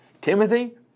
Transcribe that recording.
Timothy